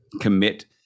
commit